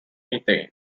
methane